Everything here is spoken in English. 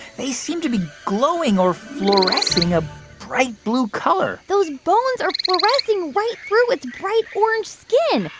they seem to be glowing or fluorescing a bright blue color those bones are fluorescing right through its bright-orange skin.